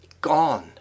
gone